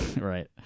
Right